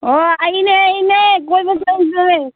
ꯍꯣ ꯑꯩꯅꯦ ꯑꯩꯅꯦ ꯀꯣꯏꯕ ꯆꯧꯁꯦ